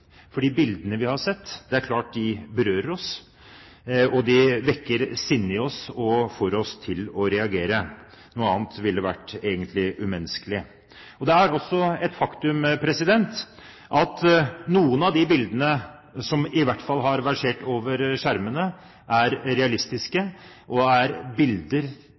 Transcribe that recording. de bildene vi har sett, berører oss. De vekker sinnet i oss og får oss til å reagere. Noe annet ville egentlig vært umenneskelig. Det er også et faktum at i hvert fall noen av de bildene som har versert over skjermene, er realistiske og